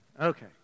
Okay